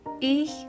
Ich